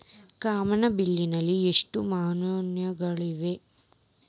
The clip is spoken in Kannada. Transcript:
ಕಮತದಲ್ಲಿ ಎಷ್ಟು ನಮೂನೆಗಳಿವೆ ರಿ?